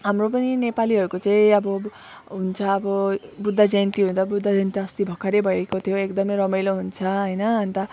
हाम्रो पनि नेपालीहरूको चाहिँ अब अब हुन्छ अब बुद्ध जयन्ती हुँदा बुद्ध जयन्ती अस्ति भर्खर भएको थियो एकदम रमाइलो हुन्छ होइन अन्त